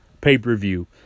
pay-per-view